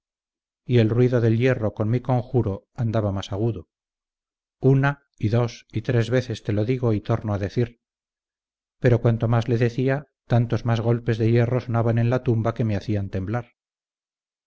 en pena que me reveles qué quieres o qué has menester y el ruido del hierro con mi conjuro andaba más agudo una y dos y tres veces te lo digo y torno a decir pero cuanto más le decía tantos más golpes de hierro sonaban en la tumba que me hacían temblar